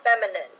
feminine